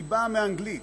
היא באה מאנגלית,